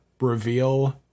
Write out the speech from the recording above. reveal